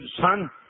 Son